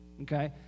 okay